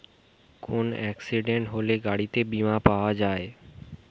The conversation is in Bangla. কোন এক্সিডেন্ট হলে যে গাড়িতে বীমা পাওয়া যায়